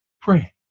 pray